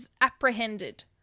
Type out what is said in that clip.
apprehended